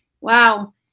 Wow